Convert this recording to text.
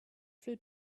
flew